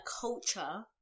culture